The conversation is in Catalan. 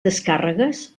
descàrregues